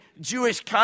Jewish